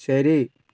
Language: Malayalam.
ശരി